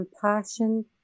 compassion